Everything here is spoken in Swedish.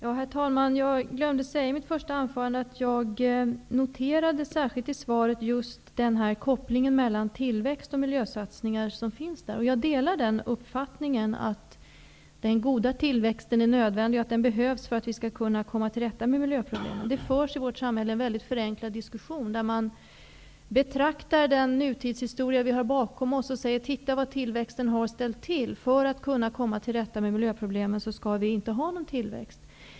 Herr talman! Jag glömde i mitt första anförande att säga att jag i svaret noterade just kopplingen mellan tillväxt och miljösatsningar. Jag delar uppfattningen att den goda tillväxten är nödvändig för att vi skall kunna komma till rätta med miljöproblemen. Det förs en förenklad diskussion i samhället, där man betraktar den nutidshistoria vi har bakom oss och säger: Titta vad tillväxten har ställt till med! För att kunna komma till rätta med miljöproblemen skall vi inte ha någon tillväxt!